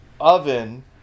oven